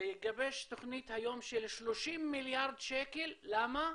לגבש תוכנית היום של 30 מיליארד שקל, למה?